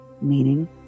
meaning